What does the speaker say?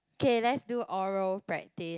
K let's do oral practice